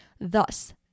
Thus